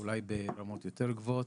ואולי ברמות יותר גבוהות.